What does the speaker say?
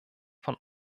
von